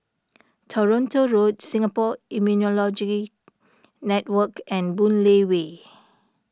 Toronto Road Singapore Immunology Network and Boon Lay Way